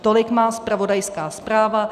Tolik má zpravodajská zpráva.